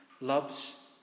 loves